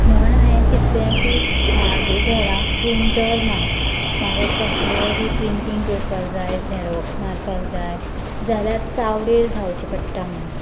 म्हूण हायेन चिंतलें की म्हागे घरांत प्रिन्टर ना म्हाका कसलेंय बी प्रिंन्टींग करपाक जाय झेरोक्स मारपाक जाय जाल्यार चावडेर धांवचें पडटा म्हणून